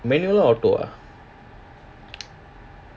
manual or auto ah